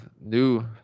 new